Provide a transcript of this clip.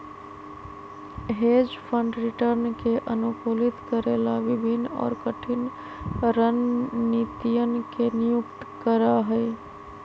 hedge fund return के अनुकूलित करे ला विभिन्न और कठिन रणनीतियन के नियुक्त करा हई